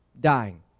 dying